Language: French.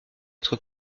être